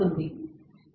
కనుక ఇది చేయబడుతోంది